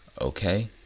Okay